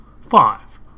five